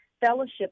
fellowship